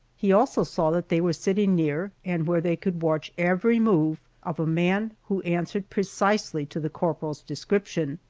he also saw that they were sitting near, and where they could watch every move of a man who answered precisely to the corporal's description,